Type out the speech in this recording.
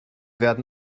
werden